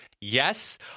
Yes